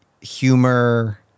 humor